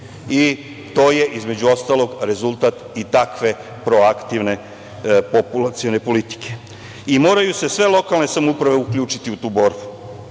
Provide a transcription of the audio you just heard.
To je između ostalog rezultat i takve proaktivne populacione politike. Moraju se sve lokalne samouprave uključiti u tu borbu,